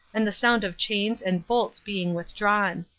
and the sound of chains and bolts being withdrawn.